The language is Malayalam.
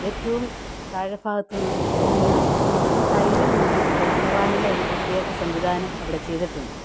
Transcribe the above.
ഏറ്റവും താഴെഭാഗത്ത് നിന്ന് സൈഡിൽ നിന്ന് കാണുവാനുള്ള ഒരു പ്രത്യേക സംവിധാനം അവിടെ ചെയ്തിട്ടുണ്ട്